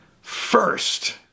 first